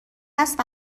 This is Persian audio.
است